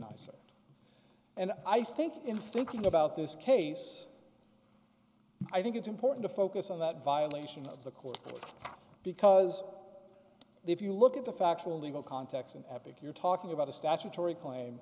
nicer and i think inflicting about this case i think it's important to focus on that violation of the court because if you look at the factual legal context and epic you're talking about a statutory claim